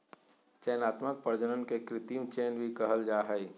चयनात्मक प्रजनन के कृत्रिम चयन भी कहल जा हइ